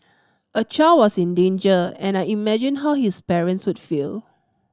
a child was in danger and I imagined how his parents would feel